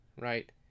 right